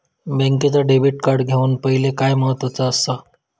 बँकेचा debit card घेउक पाहिले काय महत्वाचा असा?